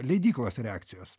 leidyklos reakcijos